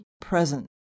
present